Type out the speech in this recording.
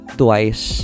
twice